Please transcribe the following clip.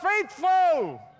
faithful